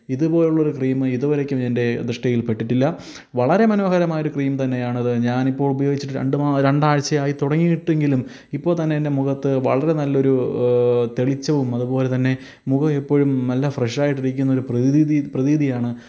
ഇതുപോലുള്ളൊരു cream ഇതുവരേക്കും എന്റെ ദൃഷ്ടിയില്പ്പെട്ടിട്ടില്ല വളരെ മനോഹരമായൊരു ക്രീം തന്നെയാണത് ഞാനിപ്പോൾ ഉപയോഗിച്ചിട്ട് രണ്ടാഴ്ച ആയിത്തുടങ്ങിയിട്ടെങ്കിലും ഇപ്പോൾത്തന്നെയെന്റെ മുഖത്തു വളരെ നല്ലൊരു തെളിച്ചവും അതുപോലെതന്നെ മുഖമെപ്പോഴും നല്ല ഫ്രെഷ്ഷായിട്ടിരിക്കുന്നൊരു പ്രകിതീതി പ്രതീതിയാണ്